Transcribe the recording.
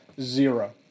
Zero